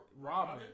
Robin